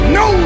no